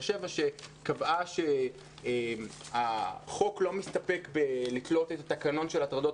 שבע שקבעה שהחוק לא מסתפק בתליית התקנון של הטרדות